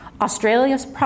Australia's